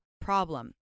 problem